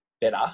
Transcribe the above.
better